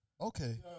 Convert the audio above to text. Okay